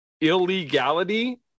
illegality